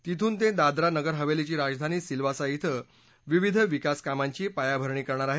तिथून ते दादरा नगर हवेलीची राजधानी सिल्वासा धिं विविध विकास कामांची पायाभरणी करणार आहेत